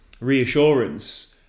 reassurance